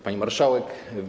Pani Marszałek!